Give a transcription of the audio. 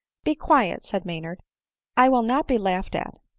be quiet, said maynard i will not be laughed at.